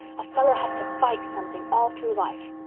a fellow has to fight something all through life.